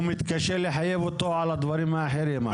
הוא מתקשה לחייב אותו על הדברים האחרים.